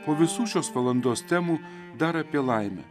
po visų šios valandos temų dar apie laimę